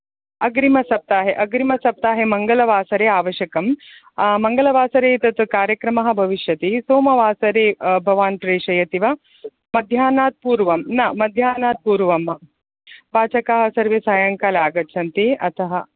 अग्रिमसप्ताहे अग्रिमसप्ताहे मङ्गलवासरे आवश्यकं मङ्गलवासरे तत् कार्यक्रमः भविष्यति सोमवासरे भवान् प्रेषयति वा मध्याह्नात् पूर्वं न मध्याह्नात् पूर्वं पाचकाः सर्वे सायङ्काले आगच्छन्ति अतः